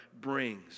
brings